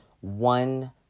One